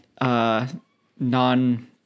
non